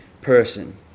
person